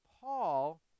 Paul